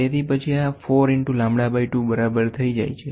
તેથી પછી આ 4 ઇન્ટુ લેમ્બડા બાઈ 2 બરાબર થઈ જાય છે